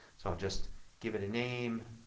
so just give it a name.